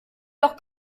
doch